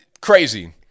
crazy